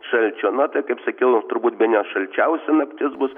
šalčio na tai kaip sakiau turbūt bene šalčiausia naktis bus